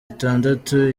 itandatu